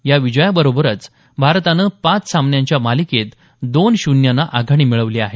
या विजयाबरोबरच भारतानं पाच सामन्यांच्या मालिकेत दोन शून्यनं आघाडी मिळवली आहे